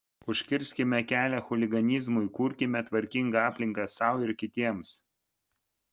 užkirskime kelią chuliganizmui kurkime tvarkingą aplinką sau ir kitiems